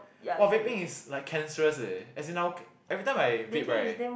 !wah! vaping is like cancerous eh as in I every time I vape right